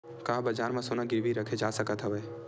का बजार म सोना गिरवी रखे जा सकत हवय?